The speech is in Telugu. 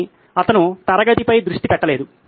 కానీ అతను తరగతిపై దృష్టి పెట్టలేదు